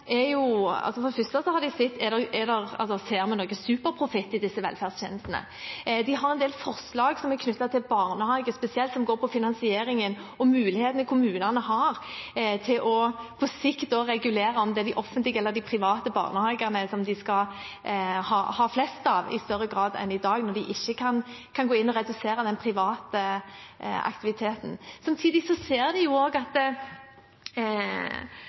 har sett på, er for det første om man ser noen superprofitt i disse velferdstjenestene. De har en del forslag som er knyttet til barnehage spesielt, og som går på finansieringen og mulighetene kommunene har til på sikt å regulere om det er de offentlige eller de private barnehagene de skal ha flest av, i større grad enn i dag, når de ikke kan gå inn og redusere den private aktiviteten. Vi ser også at det har vært en del salg knyttet til eiendom som har gitt god avkastning, men forskjellen på f.eks. skole og barnehage er at